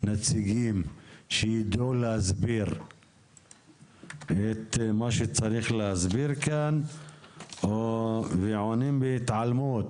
נציגים שיידעו להסביר את מה שצריך להסביר כאן ועונים בהתעלמות,